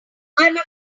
afraid